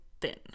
thin